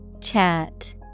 Chat